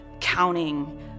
counting